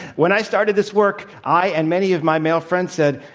when i started this work, i and many of my male friends said,